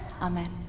Amen